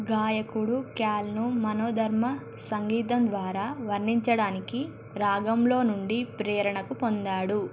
గాయకుడు ఖ్యాల్ను మనోధర్మ సంగీతం ద్వారా వర్ణించడానికి రాగంలో నుండి ప్రేరణకు పొందాడు